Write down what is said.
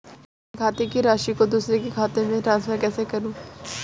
अपने खाते की राशि को दूसरे के खाते में ट्रांसफर कैसे करूँ?